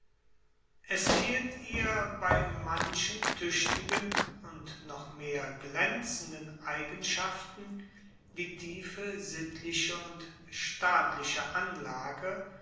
es fehlt ihr bei manchen tuechtigen und noch mehr glaenzenden eigenschaften die tiefe sittliche und staatliche anlage